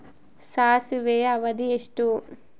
ಸಾಸಿವೆಯ ಅವಧಿ ಎಷ್ಟು?